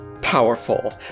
powerful